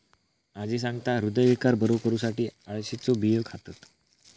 आजी सांगता, हृदयविकार बरो करुसाठी अळशीचे बियो खातत